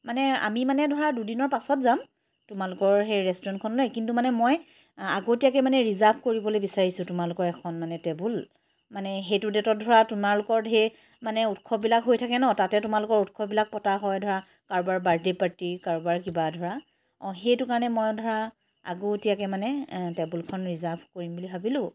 মানে আমি মানে ধৰা দুদিনৰ পাছত যাম তোমালোকৰ সেই ৰেষ্টুৰেণ্টখনলৈ কিন্তু মানে মই আগতীয়াকৈ মানে ৰিজাৰ্ভ কৰিবলৈ বিচাৰিছোঁ তোমালোকৰ এখন মানে টেবুল মানে সেইটো ডেটত ধৰা তোমালোকৰ ঢেৰ মানে উৎসৱবিলাক হৈ থাকে ন তাতে তোমালোকৰ উৎসৱবিলাক পতা হয় ধৰা কাৰোবাৰ বাৰ্থডে' পাৰ্টী কাৰোবাৰ কিবা ধৰা অঁ সেইটো কাৰণে মই ধৰা আগতীয়াকৈ মানে টেবুলখন ৰিজাৰ্ভ কৰিম বুলি ভাবিলো